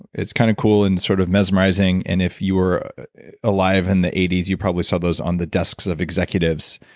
it's kind of cool and sort of mesmerizing and if you were alive in and the eighty s, you probably saw those on the desks of executives.